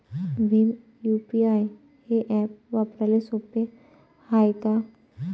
Bhim UPI हे app वापराले सोपे हाय का?